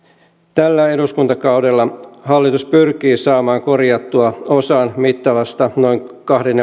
tällä eduskuntakaudella hallitus pyrkii saamaan korjattua osan mittavasta noin kahden